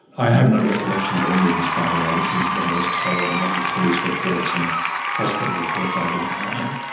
i have no recollection of any of this, by the way, this is what i was told and what police reports and hospital reports identified.